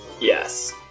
Yes